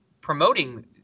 promoting